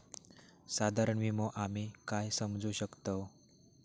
साधारण विमो आम्ही काय समजू शकतव?